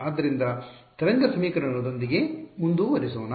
ಆದ್ದರಿಂದ ತರಂಗ ಸಮೀಕರಣದೊಂದಿಗೆ ಮುಂದುವರಿಯೋಣ